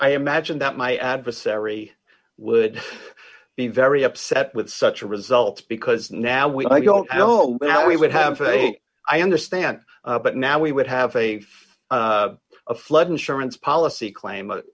i imagine that my adversary would be very upset with such a result because now we i don't know how we would have say i understand but now we would have a a flood insurance policy claim b